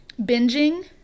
Binging